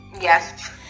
Yes